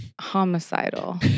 homicidal